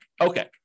Okay